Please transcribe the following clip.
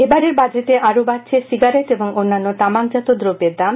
এবারের বাজেটে আরও বাডছে সিগারেট ও অন্যান্য তামাকজাত দ্রব্যের দাম